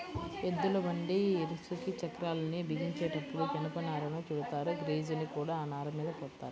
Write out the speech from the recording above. ఎద్దుల బండి ఇరుసుకి చక్రాల్ని బిగించేటప్పుడు జనపనారను చుడతారు, గ్రీజుని కూడా ఆ నారమీద పోత్తారు